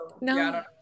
No